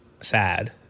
sad